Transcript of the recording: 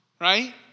right